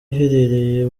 iherereye